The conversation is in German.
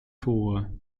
tore